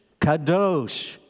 Kadosh